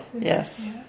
Yes